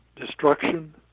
destruction